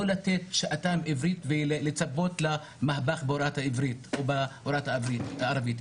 לא לתת שעתיים עברית ולצפות למהפך בהוראת העברית או בהוראת הערבית,